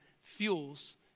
fuels